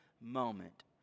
moment